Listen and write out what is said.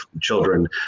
children